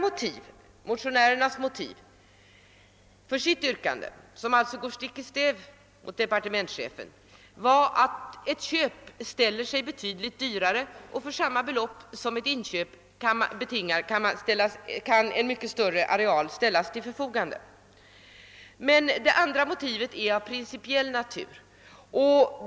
Motionärernas motiv för sitt yrkande, som alltså går stick i stäv med departementschefens, är att ett köp ställer sig betydligt dyrare, och för samma belopp som ett inköp betingar kan en mycket större areal ställas till förfogande genom upplåtelse. Det andra motivet är av principiell natur.